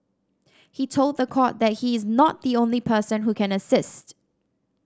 he told the court that he is not the only person who can assist